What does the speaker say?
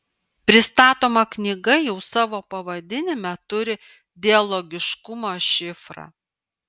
pristatoma knyga jau savo pavadinime turi dialogiškumo šifrą